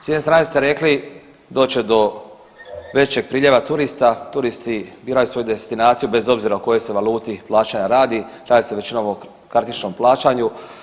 S jedne strane ste rekli doći će do većeg priljeva turista, turisti biraju svoju destinaciju bez obzira o kojoj se valuti plaćanja radi, radi se većinom o kartičnom plaćanju.